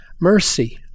mercy